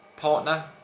partner